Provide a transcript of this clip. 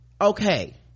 okay